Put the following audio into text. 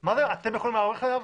מה זה אתם יכולים להיערך אליו?